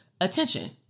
attention